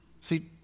See